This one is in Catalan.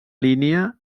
línia